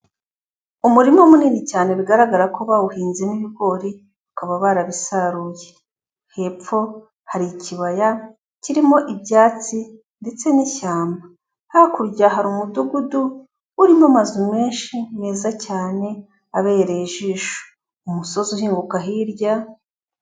Umurima munini cyane bigaragara ko bawuhinzemo ibigori ukaba barabisaruye, hepfo hari ikibaya kirimo ibyatsi ndetse n'ishyamba, hakurya hari umudugudu urimo amazu menshi meza cyane abereye ijisho, umusozi uhinguka hirya.